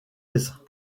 aise